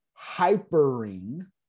hypering